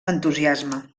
entusiasme